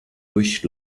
durch